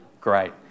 Great